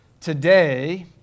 today